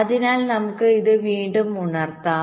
അതിനാൽ നമുക്ക് ഇത് വീണ്ടും ഉണർത്താം